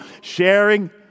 sharing